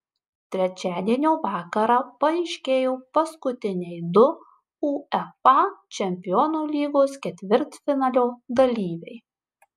trečiadienio vakarą paaiškėjo paskutiniai du uefa čempionų lygos ketvirtfinalio dalyviai